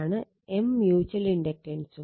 M mutual ഇൻഡക്റ്റൻസും